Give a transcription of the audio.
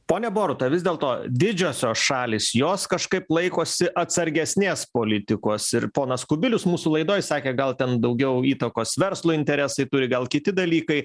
ponia boruta vis dėlto didžiosios šalys jos kažkaip laikosi atsargesnės politikos ir ponas kubilius mūsų laidoj sakė gal ten daugiau įtakos verslo interesai turi gal kiti dalykai